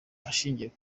ashingiye